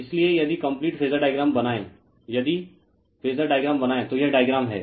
इसलिए यदि complete phasor diagram बनाएं यदि कम्पलीट फेजर डायग्राम बनाएं तो यह डायग्राम है